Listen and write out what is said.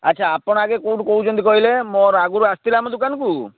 ଆଚ୍ଛା ଆପଣ ଆଗେ କେଉଁଠୁ କହୁଛନ୍ତି କହିଲେ ମୋର ଆଗରୁ ଆସିଥିଲେ ଆମ ଦୋକାନକୁ